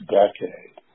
decade